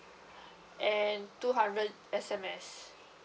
and two hundred S_M_S